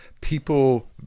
people